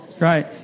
Right